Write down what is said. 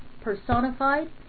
personified